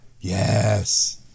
Yes